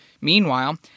Meanwhile